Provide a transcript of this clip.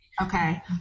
Okay